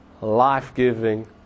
life-giving